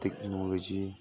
technology